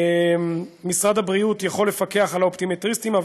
משרד הבריאות יכול לעקוב אחר האופטומטריסטים,